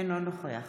אינו נוכח